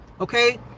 Okay